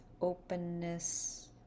openness